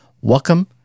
Welcome